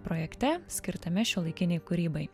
projekte skirtame šiuolaikinei kūrybai